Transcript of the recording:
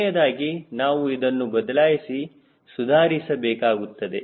ಕೊನೆಯದಾಗಿ ನಾವು ಇದನ್ನು ಬದಲಾಯಿಸಿ ಸುಧಾರಿಸ ಬೇಕಾಗುತ್ತದೆ